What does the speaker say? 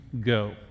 go